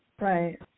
right